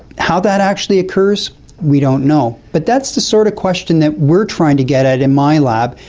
how that actually occurs we don't know, but that's the sort of question that we're trying to get out in my lab,